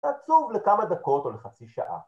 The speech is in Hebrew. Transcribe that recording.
‫אתה עצוב לכמה דקות או לחצי שעה.